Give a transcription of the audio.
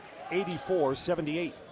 84-78